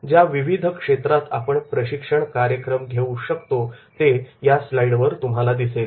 ज्या विविध क्षेत्रात आपण प्रशिक्षण कार्यक्रम घेऊ शकतो ते या स्लाईडवर तुम्हाला दिसेल